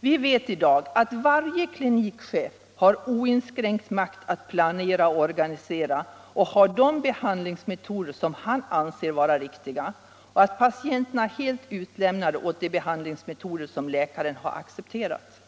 Vi vet att i dag varje klinikchef har oinskränkt makt att planera och organisera och tillämpa de behandlingsmetoder som han anser vara riktiga och att patienterna är helt utlämnade åt de behandlingsmetoder som läkaren har accepterat.